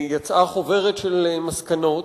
יצאה חוברת של מסקנות,